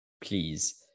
please